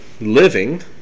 living